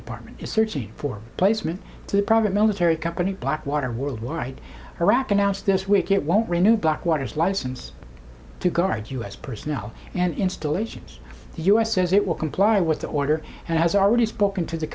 department is searching for placement to the program military company blackwater worldwide iraq announced this week it won't renew blackwater's license to guard u s personnel and installations the u s says it will comply with the order and has already spoken to the